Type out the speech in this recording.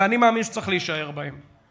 ואני מאמין שצריך להישאר בהם.